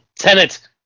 Tenant